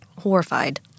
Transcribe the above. horrified